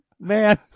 man